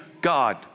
God